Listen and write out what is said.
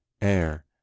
air